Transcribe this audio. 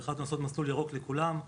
ולהפוך אותו למסלול ירוק עבור כולם.